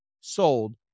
sold